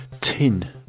Tin